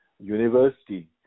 university